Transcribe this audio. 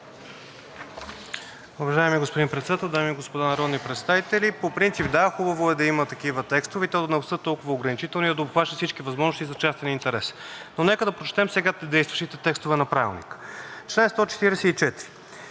Уважаеми господин Председател, дами и господа народни представители! По принцип да, хубаво е да има такива текстове, и то да не са толкова ограничителни, а да обхващат всички възможности за частен интерес. Нека да прочетем сега действащите текстове на Правилника: „Член 144.